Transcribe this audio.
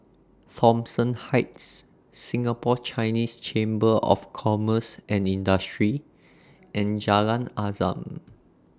Thomson Heights Singapore Chinese Chamber of Commerce and Industry and Jalan Azam